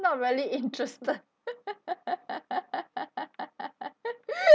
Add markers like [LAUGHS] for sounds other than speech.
not really interested [LAUGHS]